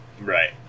Right